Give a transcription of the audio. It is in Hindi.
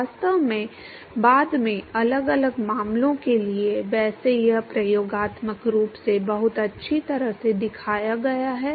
वास्तव में बाद में अलग अलग मामलों के लिए वैसे यह प्रयोगात्मक रूप से बहुत अच्छी तरह से दिखाया गया है